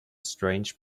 strange